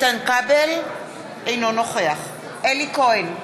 אינו נוכח אלי כהן,